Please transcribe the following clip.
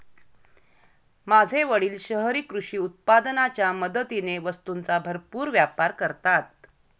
माझे वडील शहरी कृषी उत्पादनाच्या मदतीने वस्तूंचा भरपूर व्यापार करतात